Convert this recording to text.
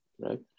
Right